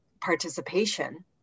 participation